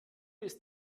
ist